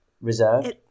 Reserved